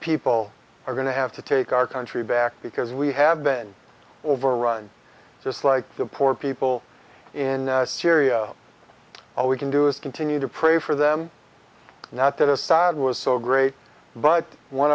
people are going to have to take our country back because we have been overrun just like the poor people in syria all we can do is continue to pray for them not that assad was so great but one